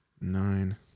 Nine